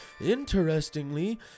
Interestingly